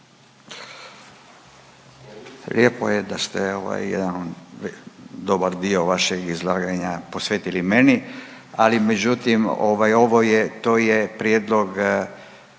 Lijepo je da ste jedan dobar dio vašeg izlaganja posvetili meni, ali međutim ovo je, to je prijedlog